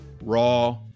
raw